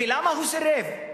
ולמה הוא סירב?